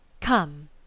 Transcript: Come